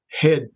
head